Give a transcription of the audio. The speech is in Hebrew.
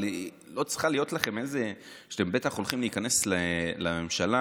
אבל בטח כשאתם הולכים להיכנס לממשלה